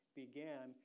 began